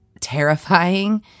terrifying